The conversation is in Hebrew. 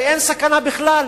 הרי אין סכנה בכלל,